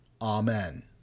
Amen